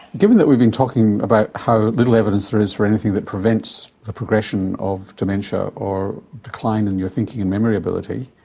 given that we've been talking about how little evidence there is for anything that prevents the progression of dementia or decline in your thinking and memory ability,